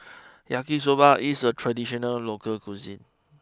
Yaki Soba is a traditional local cuisine